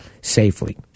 safely